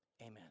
Amen